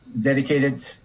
dedicated